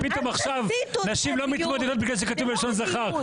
פתאום עכשיו נשים לא מתמודדות בגלל שכתוב בלשון זכר.